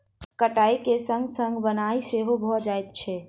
कटाइक संग संग बन्हाइ सेहो भ जाइत छै